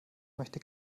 möchte